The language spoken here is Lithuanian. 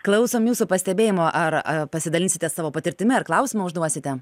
klausom jūsų pastebėjimų ar a pasidalinsite savo patirtimi ar klausimą užduosite